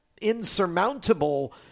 insurmountable